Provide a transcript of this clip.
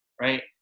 right